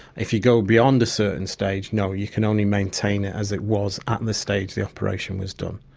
if you go beyond a certain stage, no, you can only maintain it as it was at and the stage the operation was done.